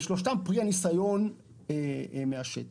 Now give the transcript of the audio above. ושלושתם פרי ניסיון מהשטח: